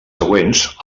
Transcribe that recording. següents